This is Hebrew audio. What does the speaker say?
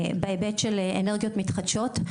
בהיבט של אנרגיות מתחדשות,